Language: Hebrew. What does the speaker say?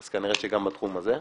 אז כנראה שגם בתחום הזה.